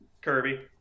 Kirby